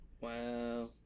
Wow